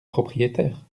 propriétaires